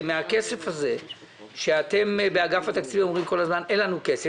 מהכסף הזה שאתם באגף התקציבים אומרים כל הזמן אין לנו כסף,